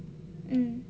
mm